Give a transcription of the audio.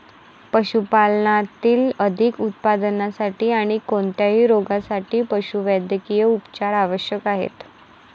पशुपालनातील अधिक उत्पादनासाठी आणी कोणत्याही रोगांसाठी पशुवैद्यकीय उपचार आवश्यक आहेत